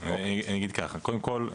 קודם כול,